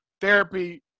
therapy